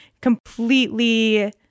completely